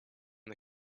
the